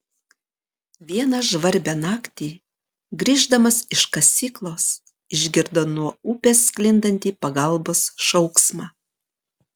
vieną žvarbią naktį grįždamas iš kasyklos išgirdo nuo upės sklindantį pagalbos šauksmą